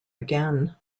again